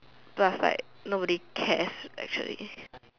plus like nobody cares actually